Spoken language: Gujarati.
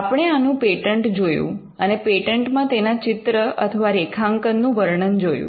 આપણે આનું પેટન્ટ જોયું અને પેટન્ટ માં તેના ચિત્ર અથવા રેખાંકનનું વર્ણન જોયું